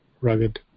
rugged